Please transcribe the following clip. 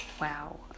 Wow